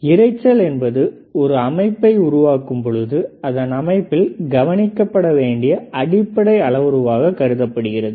இரைச்சல் என்பது ஒரு அமைப்பை உருவாக்கும் பொழுது அந்த அமைப்பில் கவனிக்கப்படவேண்டிய அடிப்படை அளவுருவாக கருதப்படுகிறது